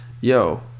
Yo